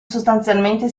sostanzialmente